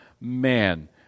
man